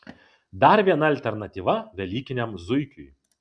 dar viena alternatyva velykiniam zuikiui